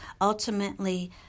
ultimately